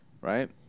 Right